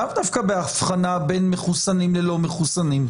לאו דווקא בהבחנה בין מחוסנים ללא מחוסנים,